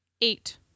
Eight